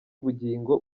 bugingo